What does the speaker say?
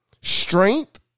Strength